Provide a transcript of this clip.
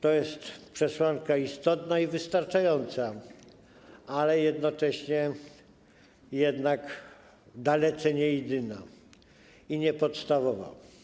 To jest przesłanka istotna i wystarczająca, ale jednocześnie jednak dalece niejedyna i niepodstawowa.